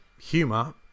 humor